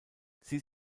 sie